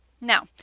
Now